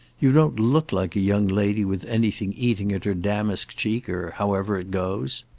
you don't look like a young lady with anything eating at her damask cheek, or however it goes.